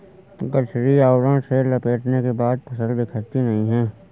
गठरी आवरण से लपेटने के बाद फसल बिखरती नहीं है